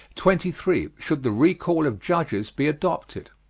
twenty three. should the recall of judges be adopted?